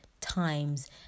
times